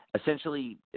essentially